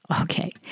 okay